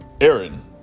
Aaron